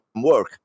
work